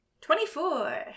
Twenty-four